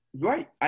Right